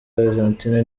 argentine